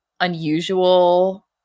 unusual